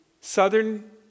southern